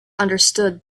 understood